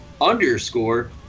underscore